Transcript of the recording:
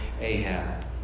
Ahab